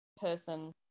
person